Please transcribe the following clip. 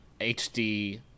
hd